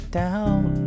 down